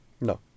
no